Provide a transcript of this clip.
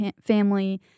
family